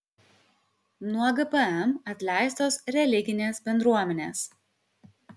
nuo gpm atleistos religinės bendruomenės